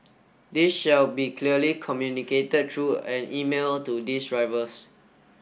this shall be clearly communicated through an email to these drivers